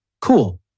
Cool